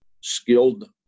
skilled